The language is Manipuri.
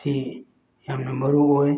ꯑꯁꯤ ꯌꯥꯝꯅ ꯃꯔꯨ ꯑꯣꯏ